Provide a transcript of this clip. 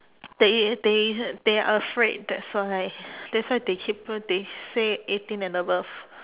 there i~ there i~ they are afraid that's why that's why they keep on they say eighteen and above